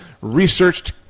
Researched